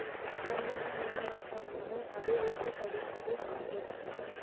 ಮಣ್ಣಿನ ಗುಣಮಟ್ಟವನ್ನು ಅಭಿವೃದ್ಧಿ ಪಡಿಸದು ಹೆಂಗೆ?